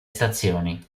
stazioni